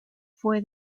fue